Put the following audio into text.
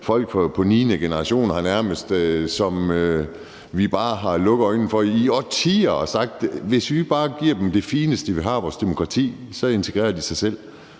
niende generation, som vi bare har lukket øjnene for i årtier, mens vi har sagt, at hvis vi bare giver dem det fineste, vi har, af vores demokrati, så integrerer de sig selv,